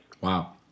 Wow